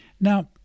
Now